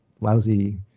lousy